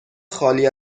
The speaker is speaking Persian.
خالی